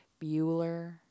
bueller